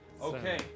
Okay